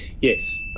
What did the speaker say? Yes